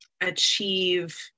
achieve